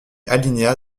alinéa